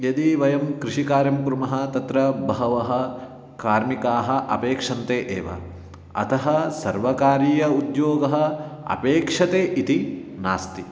यदि वयं कृषिकार्यं कुर्मः तत्र बहवः कार्मिकाः अपेक्षन्ते एव अतः सर्वकारीय उद्योगः अपेक्षते इति नास्ति